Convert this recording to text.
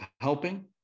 helping